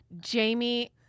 Jamie